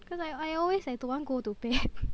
cause I I always I don't want go to bed